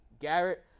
Garrett